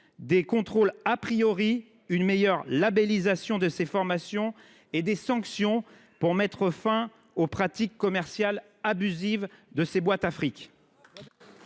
des contrôles, une meilleure labellisation de ces formations, et des sanctions pour mettre fin aux pratiques commerciales abusives de ces boîtes à fric.